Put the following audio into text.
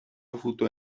avuto